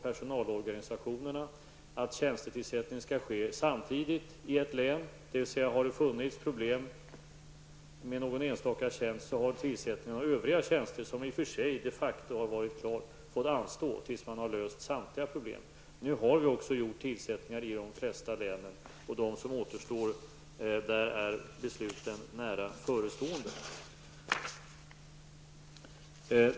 personalorganisationerna, att tjänstetillsättningar skall ske samtidigt i ett län. Har det t.ex. funnits problem med någon enstaka tjänst har tillsättningen av övriga tjänster, som i och för sig de facto har varit klara, fått anstå till dess man har löst samtliga problem. Nu har vi också gjort tillsättningarna i de flesta länen, och besluten är nära förestående vad gäller de återstående.